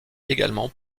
également